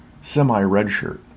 semi-redshirt